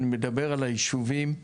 אני מדבר על הישובים היהודים,